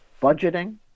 budgeting